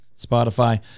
Spotify